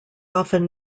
often